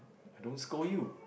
I don't scold you